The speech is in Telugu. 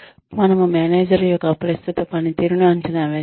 మనము మేనేజర్ యొక్క ప్రస్తుత పనితీరును అంచనా వేస్తాము